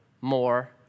more